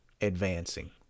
advancing